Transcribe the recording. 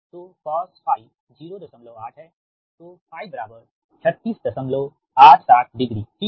तो cos 08 है तो बराबर 3687 डिग्री ठीक